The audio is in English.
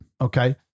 Okay